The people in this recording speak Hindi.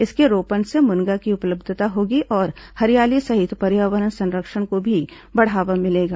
इसके रोपण से मुनगा की उपलब्धता होगी और हरियाली सहित पर्यावरण संरक्षण को भी बढ़ावा मिलेगा